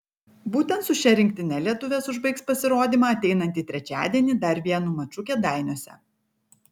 būtent su šia rinktine lietuvės užbaigs pasirodymą ateinantį trečiadienį dar vienu maču kėdainiuose